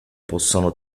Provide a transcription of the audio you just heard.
possono